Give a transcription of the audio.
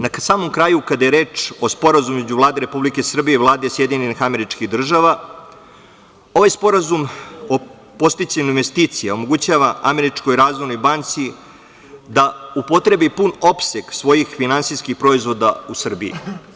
Na samom kraju, kada je reč o Sporazumu između Vlade Republike Srbije i Vlade Sjedinjenih Američkih Država, ovaj Sporazum o podsticaju investicija omogućava Američkoj razvojnoj banci da upotrebi pun opseg svojih finansijskih proizvoda u Srbiji.